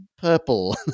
purple